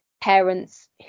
parents